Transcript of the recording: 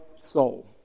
soul